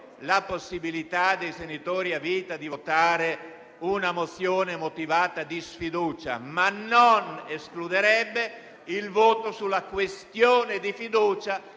la possibilità dei senatori a vita di votare una mozione motivata di sfiducia, ma non escluderebbe il voto sulla questione di fiducia